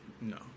No